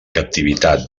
captivitat